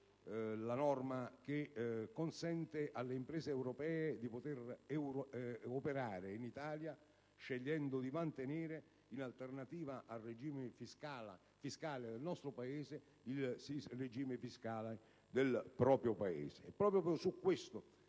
la norma che consente alle imprese europee di operare in Italia scegliendo di mantenere, in alternativa a quello vigente nel nostro Paese, il regime fiscale del Paese